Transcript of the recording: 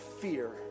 fear